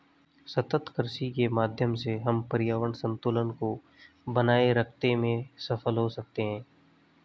सतत कृषि के माध्यम से हम पर्यावरण संतुलन को बनाए रखते में सफल हो सकते हैं